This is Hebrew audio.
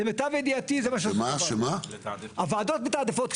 הוועדות מתעדפות.